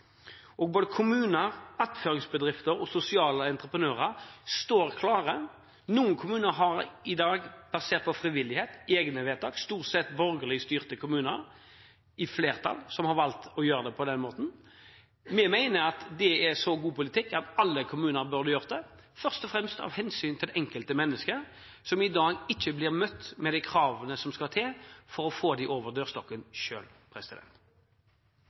bra. Både kommuner, attføringsbedrifter og sosiale entreprenører står klare. Noen kommuner har i dag – basert på frivillighet – egne vedtak, det er et flertall av borgerlig styrte kommuner som har valgt å gjøre det på den måten. Vi mener at det er så god politikk at alle kommuner burde gjort det, først og fremst av hensyn til det enkelte mennesket, som i dag ikke blir møtt med de kravene som skal til for å få dem over dørstokken.